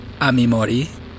Amimori